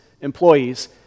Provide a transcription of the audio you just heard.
employees